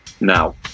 now